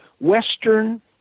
Western